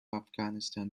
afghanistan